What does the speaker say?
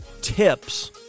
tips